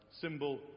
symbol